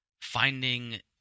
finding